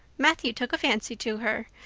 matthew took a fancy to her.